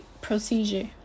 procedure